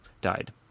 died